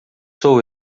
sou